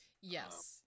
Yes